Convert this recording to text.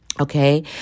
Okay